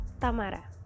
Tamara